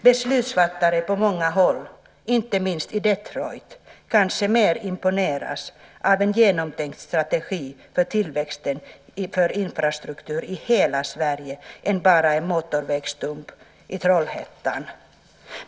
Beslutsfattare på många håll, inte minst i Detroit, kanske mer imponeras av en genomtänkt strategi för tillväxt genom infrastruktur i hela Sverige än bara en motorvägsstump i Trollhättan.